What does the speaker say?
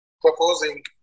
proposing